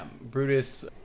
Brutus